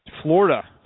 Florida